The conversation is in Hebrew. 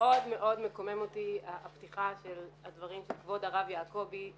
מאוד-מאוד מקומם אותי הפתיחה של הדברים שכבוד הרב יעקבי: